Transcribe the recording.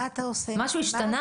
משהו השתנה?